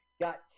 got